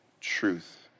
truth